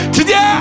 Today